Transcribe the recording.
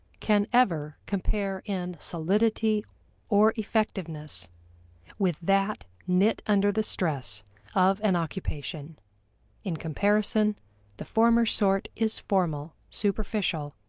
can ever compare in solidity or effectiveness with that knit under the stress of an occupation in comparison the former sort is formal, superficial,